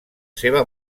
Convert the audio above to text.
seva